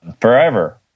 forever